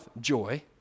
joy